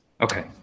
okay